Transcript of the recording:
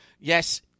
yes